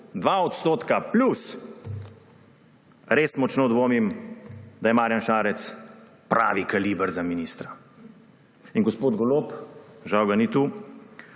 2 % plus, 2 % plus, res močno dvomim, da je Marjan Šarec pravi kaliber za ministra. Gospod Golob – žal ga ni tu